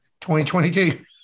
2022